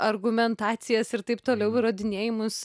argumentacijas ir taip toliau įrodinėjimus